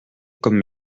comme